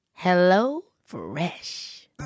HelloFresh